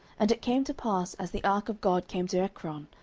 and it came to pass, as the ark of god came to ekron,